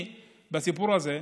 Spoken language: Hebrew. בסיפור הזה,